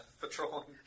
patrolling